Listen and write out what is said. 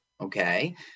Okay